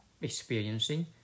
experiencing